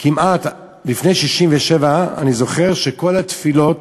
כמעט לפני 1967 אני זוכר שכל התפילות